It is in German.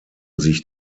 sich